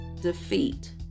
defeat